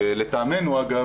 ולטעמנו אגב,